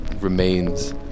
remains